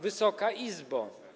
Wysoka Izbo!